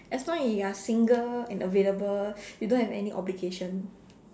as long as you're single and available you don't have any obligation